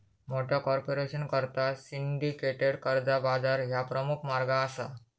मोठ्या कॉर्पोरेशनकरता सिंडिकेटेड कर्जा बाजार ह्या प्रमुख मार्ग असा